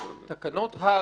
לעניין סדר הדיון,